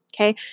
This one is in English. Okay